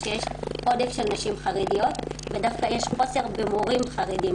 שיש עודף של נשים חרדיות ודווקא יש חוסר במורים חרדים,